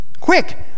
quick